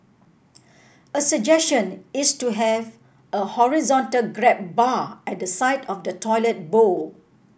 a suggestion is to have a horizontal grab bar at the side of the toilet bowl